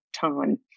time